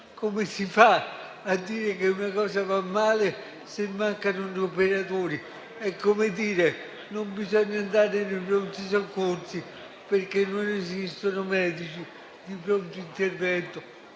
Come si fa a dire che una cosa va male, se mancano gli operatori? È come dire che non bisogna andare nei pronto soccorsi, perché non esistono medici di pronto intervento.